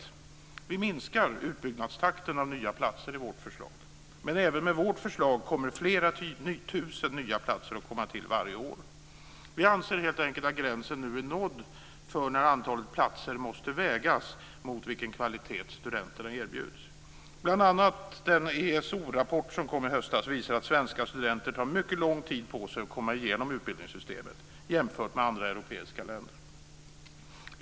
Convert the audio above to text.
I vårt förslag minskar utbyggnadstakten beträffande nya platser men även med vårt förslag kommer flera tusen nya platser att tillkomma varje år. Vi anser helt enkelt att gränsen nu är nådd för när antalet platser måste vägas mot den kvalitet som studenterna erbjuds. Bl.a. den ESO-rapport som kom i höstas visar att svenska studenter tar mycket lång tid på sig för att komma igenom utbildningssystemet jämfört med hur det är i andra europeiska länder.